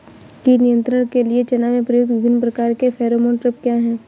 कीट नियंत्रण के लिए चना में प्रयुक्त विभिन्न प्रकार के फेरोमोन ट्रैप क्या है?